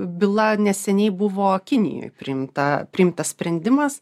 byla neseniai buvo kinijoj priimta priimtas sprendimas